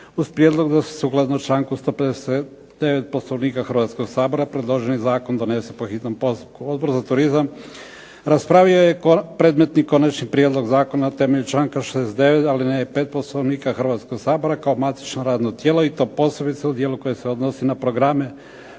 uz prijedlog da se sukladno članku 159. Poslovnika Hrvatskog sabora predloženi zakon donese po hitnom postupku. Odbor za turizam raspravio je predmetni konačni prijedlog zakona na temelju članka 69. alineje 5 poslovnika Hrvatskog sabora kao matično radno tijelo i to posebice koje se odnosi na programe